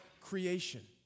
creation